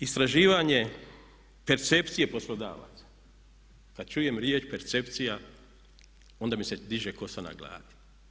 Istraživanje percepcije poslodavaca, kad čujem riječ percepcija onda mi se diže kosa na glavi.